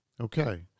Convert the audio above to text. Okay